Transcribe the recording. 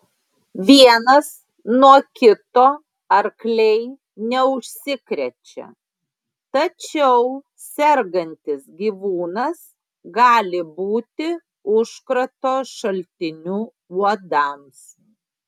vienas nuo kito arkliai neužsikrečia tačiau sergantis gyvūnas gali būti užkrato šaltiniu uodams